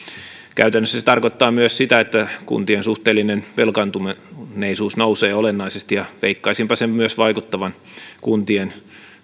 käytännössä se se tarkoittaa myös sitä että kuntien suhteellinen velkaantuneisuus nousee olennaisesti ja veikkaisinpa sen vaikuttavan myös kuntien